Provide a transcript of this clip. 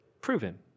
proven